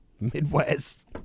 Midwest